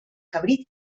cabrit